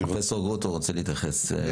פרופ' גרוטו רוצה להתייחס.